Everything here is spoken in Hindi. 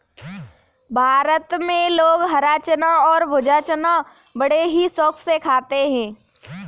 भारत में लोग हरा चना और भुना चना बड़े ही शौक से खाते हैं